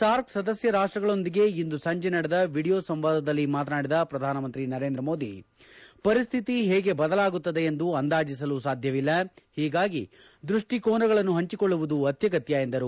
SAARC ಸದಸ್ಯ ರಾಷ್ಟಗಳೊಂದಿಗೆ ಇಂದು ಸಂಜೆ ನಡೆದ ವಿಡಿಯೋ ಸಂವಾದದಲ್ಲಿ ಮಾತನಾಡಿದ ಪ್ರಧಾನಮಂತ್ರಿ ನರೇಂದ್ರ ಮೋದಿ ಪರಿಶ್ಠಿತಿ ಹೇಗೆ ಬದಲಾಗುತ್ತದೆ ಎಂದು ಅಂದಾಜಿಸಲು ಸಾಧ್ಯವಿಲ್ಲ ಹೀಗಾಗಿ ದೃಷ್ಟಿಕೋನಗಳನ್ನು ಹಂಚಿಕೊಳ್ಳುವುದು ಅತ್ಯಗತ್ಯ ಎಂದರು